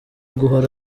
guhora